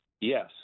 Yes